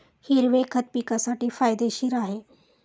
हिरवे खत पिकासाठी फायदेशीर आहे